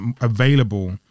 available